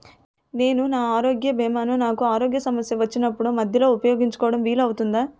నేను నా ఆరోగ్య భీమా ను నాకు ఆరోగ్య సమస్య వచ్చినప్పుడు మధ్యలో ఉపయోగించడం వీలు అవుతుందా?